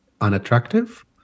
unattractive